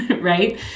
right